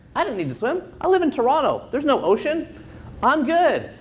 i didn't need to swim. i live in toronto. there's no ocean i'm good.